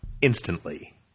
instantly